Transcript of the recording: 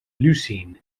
leucine